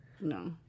no